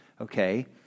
okay